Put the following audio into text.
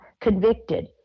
Convicted